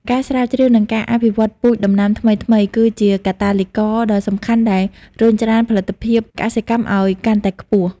ការស្រាវជ្រាវ និងការអភិវឌ្ឍពូជដំណាំថ្មីៗ គឺជាកាតាលីករដ៏សំខាន់ដែលរុញច្រានផលិតភាពកសិកម្មឱ្យកាន់តែខ្ពស់។